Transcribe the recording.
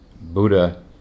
Buddha